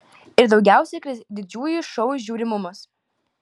ir daugiausiai kris didžiųjų šou žiūrimumas